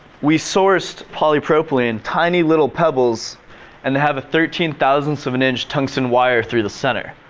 we sourced polypropylene and tiny little pebbles and have a thirteen thousands of an inch tungsten wire through the center.